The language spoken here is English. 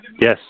Yes